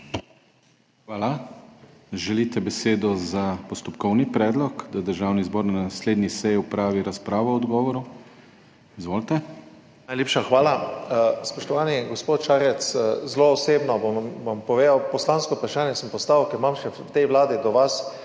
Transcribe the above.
Hvala. Želite besedo za postopkovni predlog, da Državni zbor na naslednji seji opravi razpravo o odgovoru? Izvolite. **FRANC BREZNIK (PS SDS):** Najlepša hvala. Spoštovani gospod Šarec, zelo osebno vam bom povedal. Poslansko vprašanje sem postavil, ker imam v tej vladi do vas